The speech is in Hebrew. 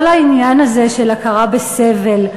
כל העניין הזה של הכרה בסבל,